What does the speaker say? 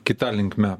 kita linkme